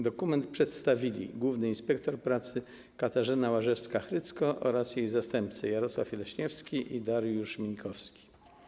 Dokument przedstawili główny inspektor pracy Katarzyna Łażewska-Hrycko oraz jej zastępcy Jarosław Leśniewski i Dariusz Mińkowski.